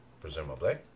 presumably